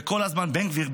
וכל הזמן בן גביר,